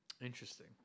Interesting